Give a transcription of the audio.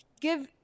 give